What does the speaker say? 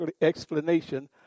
explanation